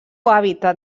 hàbitat